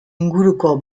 inguruko